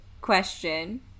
question